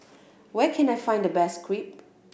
where can I find the best Crepe